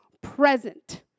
present